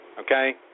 Okay